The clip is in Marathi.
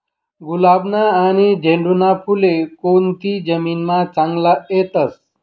गुलाबना आनी झेंडूना फुले कोनती जमीनमा चांगला येतस?